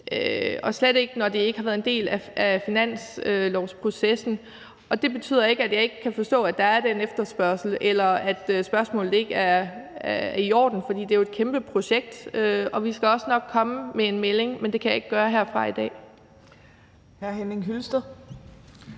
og slet ikke, når det ikke har været en del af finanslovsprocessen. Det betyder ikke, at jeg ikke kan forstå, at der er den efterspørgsel, eller mener, at spørgsmålet ikke er i orden. For det er jo et kæmpe projekt, og vi skal også nok komme med en melding, men det kan jeg ikke gøre herfra i dag.